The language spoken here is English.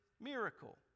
miracle